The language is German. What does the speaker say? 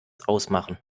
ausmachen